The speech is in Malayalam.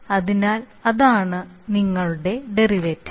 അതിനാൽ അതാണ് നിങ്ങളുടെ ഡെറിവേറ്റീവ്